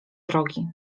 drogi